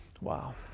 Wow